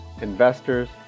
investors